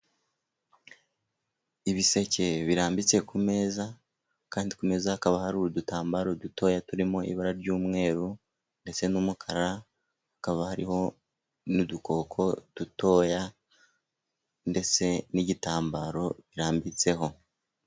Ibiseke birambitse ku meza, kandi ku meza hakaba hari udutambaro dutoya turimo ibara ry'umweru ndetse n'umukara, hakaba hariho n'udukoko dutoya, ndetse n'igitambaro birambitseho.